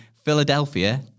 Philadelphia